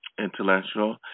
intellectual